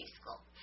School